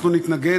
אנחנו נתנגד,